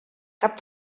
cap